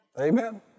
Amen